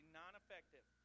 non-effective